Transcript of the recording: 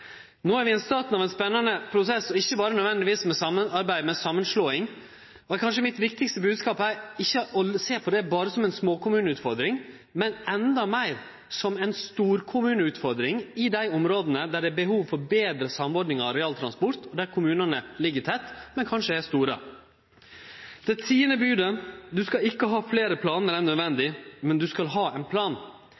No er vi i starten av ein spennande prosess, ikkje berre nødvendigvis med samarbeid, men samanslåing. Min kanskje viktigaste bodskap er ikkje berre å sjå på det som ei småkommuneutfordring, men endå meir som ei storkommuneutfordring i dei områda der det er behov for betre samordning av arealtransport, der kommunane ligg tett, men kanskje er store. Det tiande bodet lyder: Du skal ikkje ha fleire planar enn nødvendig,